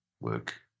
work